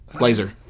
Laser